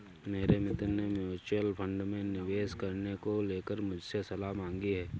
मेरे मित्र ने म्यूच्यूअल फंड में निवेश करने को लेकर मुझसे सलाह मांगी है